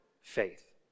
faith